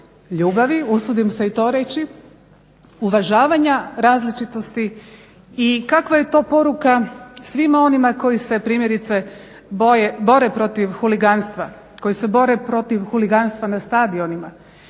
ljubavi usudim se i to reći, uvažavanja različitosti i kakva je poruka svima onima koji se primjerice bore protiv huliganstva, koji se bore protiv huliganstva na stadionima,